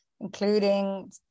including